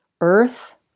earth